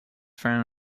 frown